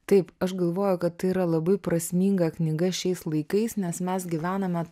taip aš galvoju kad tai yra labai prasminga knyga šiais laikais nes mes gyvename